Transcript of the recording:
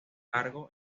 cargo